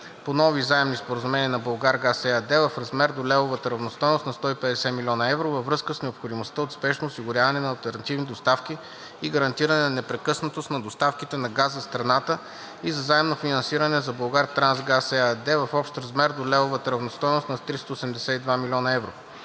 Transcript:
по нови заемни споразумения на „Булгаргаз“ ЕАД в размер до левовата равностойност на 150 млн. евро във връзка с необходимостта от спешно осигуряване на алтернативни доставки и гарантиране на непрекъснатост на доставките на газ за страната и за заемно финансиране за „Булгартрансгаз“ ЕАД в общ размер до левовата равностойност на 382 млн. евро: